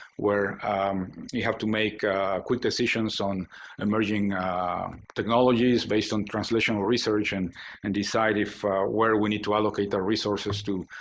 where you have to make quick decisions on emerging technologies based on translational research and and decide if where we need to allocate the resources to,